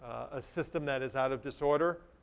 a system that is out of disorder,